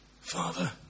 Father